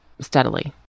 steadily